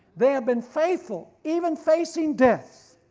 they have been faithful, even facing death,